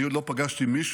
אני עוד לא פגשתי מישהו